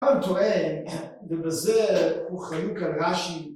פעם טועה ובזה הוא חלוק רש"י